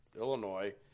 Illinois